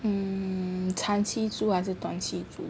hmm 长期租还是短期租